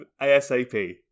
ASAP